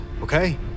okay